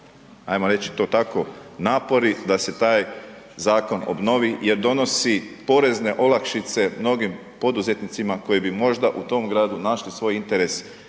ajmo reći to tako, napori da se taj Zakon obnovi jer donosi porezne olakšice mnogim poduzetnicima koji bi možda u tom Gradu našli svoj interes